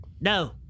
No